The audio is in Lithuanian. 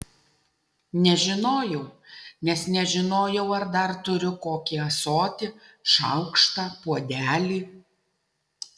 nežinojau nes nežinojau ar dar turiu kokį ąsotį šaukštą puodelį